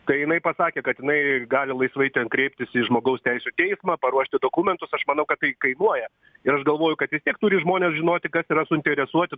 kai jinai pasakė kad jinai gali laisvai ten kreiptis į žmogaus teisių teismą paruošti dokumentus aš manau kad tai kainuoja ir aš galvoju kad vis tiek turi žmonės žinoti kas yra suinteresuoti